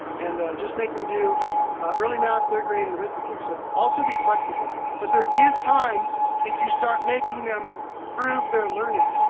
and just make them do early math, third grade and arithmetic. so also be flexible. but there is time if you start making them prove they're learning,